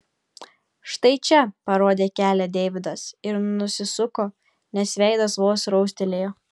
štai čia parodė kelią deividas ir nusisuko nes veidas vos raustelėjo